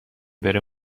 بره